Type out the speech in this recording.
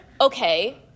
okay